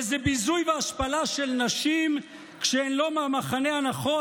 איזה ביזוי והשפלה של נשים כשהן לא מהמחנה הנכון,